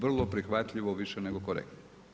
Vrlo prihvatljivo više nego korektno.